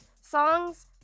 Songs